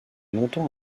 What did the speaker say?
longtemps